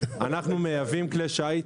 אנחנו מייבאים כלי שיט,